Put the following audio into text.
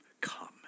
come